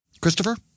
Christopher